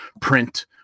print